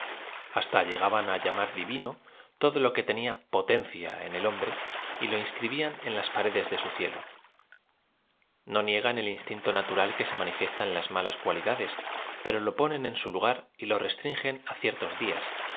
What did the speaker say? hasta llegaban llam ar divino todo lo que tenía potencia en el hombre y lo inscribían en las paredes de su cielo n o niegan e l instinto natural que se manifiesta en las malas cualidades pero lo ponen en su lugar y lo restringen á ciertos días